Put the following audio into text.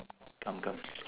come come